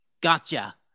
gotcha